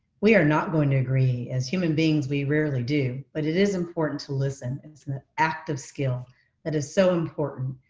we are not going to agree. as human beings, we rarely do, but it is important to listen. it's an ah active skill that is so important.